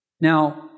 Now